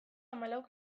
hamalau